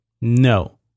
No